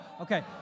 Okay